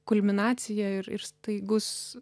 kulminacija ir ir staigus